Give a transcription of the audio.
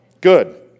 Good